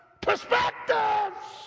perspectives